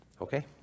Okay